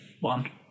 one